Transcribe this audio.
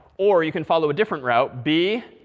or you can follow a different route, b,